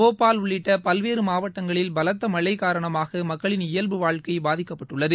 போபால் உள்ளிட்ட பல்வேறு மாவட்டங்களில் பலத்த மழை ஷரணமாக மக்களின் இயவ்புவாழ்க்கை பாதிக்கப்பட்டுள்ளது